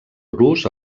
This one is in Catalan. rus